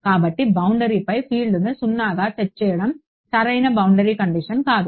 కాబట్టి బౌండరీపై ఫీల్డ్ను 0గా సెట్ చేయడం సరైన బౌండరీ కండిషన్ కాదు